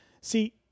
See